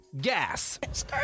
Gas